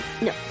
No